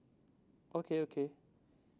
okay okay